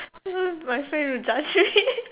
ya my friend will judge me